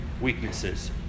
weaknesses